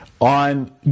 on